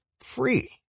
free